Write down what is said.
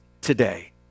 today